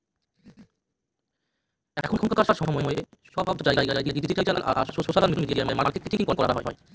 এখনকার সময়ে সব জায়গায় ডিজিটাল আর সোশ্যাল মিডিয়া মার্কেটিং করা হয়